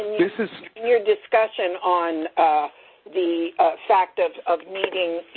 this is. in your discussion on the fact that of,